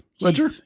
Ledger